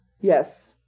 Yes